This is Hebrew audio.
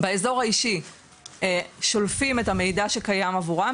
באזור האישי שולפים את המידע שקיים עבורם,